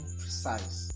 precise